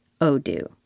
Odoo